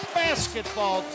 basketball